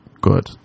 good